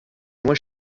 nur